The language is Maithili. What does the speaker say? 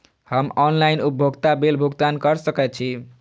हम ऑनलाइन उपभोगता बिल भुगतान कर सकैछी?